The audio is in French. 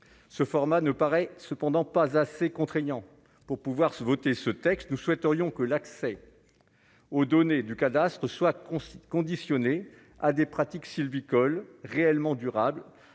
ce format ne paraît cependant pas assez contraignant pour pouvoir voter ce texte, nous souhaiterions que l'accès aux données du cadastre soit construite conditionnée à des pratiques sylvicoles réellement durables,